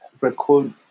record